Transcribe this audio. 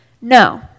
no